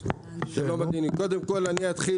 שלום, קודם כל אני אתחיל